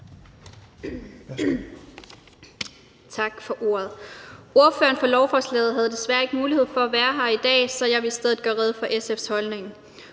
Tak for ordet. Ordføreren på lovforslaget havde desværre ikke mulighed for at være her i dag, så det er i stedet mig, der skal gøre rede for SF's holdning.